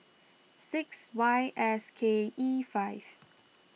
six Y S K E five